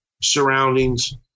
surroundings